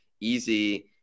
Easy